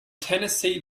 tennessee